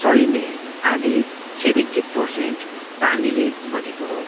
शरिर नै आदि सेभेन्टी पर्सेन्ट पानीले बनिएको हो